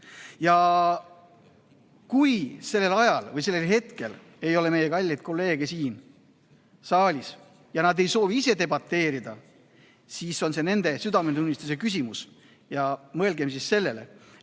Ja kui sellel ajal või sellel hetkel ei ole meie kalleid kolleege siin saalis ja nad ei soovi ise debateerida, siis on see nende südametunnistuse küsimus. Mõelgem siis sellele,